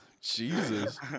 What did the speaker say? Jesus